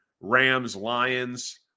Rams-Lions